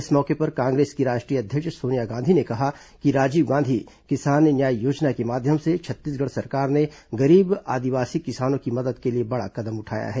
इस मौके पर कांग्रेस की राष्ट्रीय अध्यक्ष सोनिया गांधी ने कहा कि राजीव गांधी किसान न्याय योजना के माध्यम से छत्तीसगढ़ सरकार ने गरीब आदिवासी किसानों की मदद के लिए बड़ा कदम उठाया है